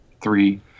three